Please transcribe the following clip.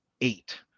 eight